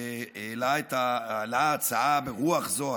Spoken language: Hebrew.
שהעלה הצעה ברוח זו,